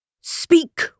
Speak